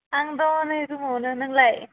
आं दङ नै रुमावनो नोंलाय